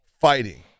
fighting